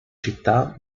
città